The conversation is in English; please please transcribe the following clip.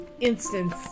instance